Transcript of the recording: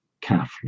carefully